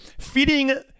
feeding